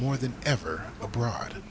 more than ever abroad